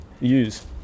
use